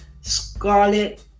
Scarlet